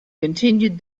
continued